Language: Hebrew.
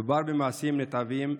מדובר במעשים נתעבים,